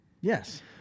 Yes